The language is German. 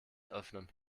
öffnen